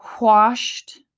washed